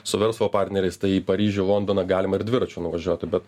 su verslo partneriais tai į paryžių londoną galima ir dviračiu nuvažiuoti bet